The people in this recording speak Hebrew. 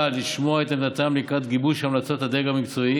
לשמוע את עמדתם לקראת גיבוש המלצות הדרג המקצועי